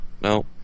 No